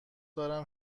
دارم